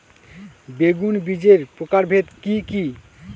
বেগুন বীজের প্রকারভেদ কি কী?